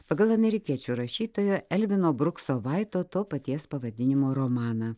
pagal amerikiečių rašytojo elvino brukso vaito to paties pavadinimo romaną